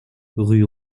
rue